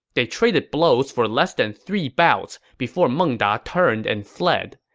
they traded blows for less than three bouts before meng da turned and fled.